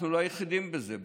אנחנו לא היחידים בזה.